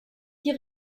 die